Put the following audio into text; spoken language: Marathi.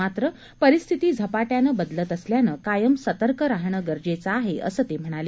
मात्र परिस्थिती झपाट्यानं बदलत असल्यानं कायम सतर्क राहणं गरजेचं आहे असं ते म्हणाले